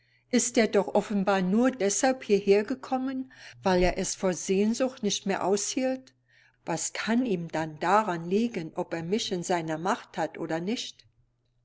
ist er doch offenbar nur deshalb hierher gekommen weil er es vor sehnsucht nicht mehr aushielt was kann ihm dann daran liegen ob er mich in seiner macht hat oder nicht